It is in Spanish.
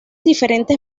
diferentes